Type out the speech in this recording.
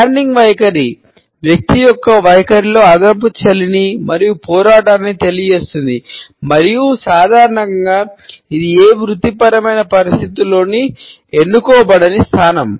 straddling వైఖరి తెలియజేస్తుంది మరియు సాధారణంగా ఇది ఏ వృత్తిపరమైన పరిస్థితుల్లోనూ ఎన్నుకోబడని స్థానం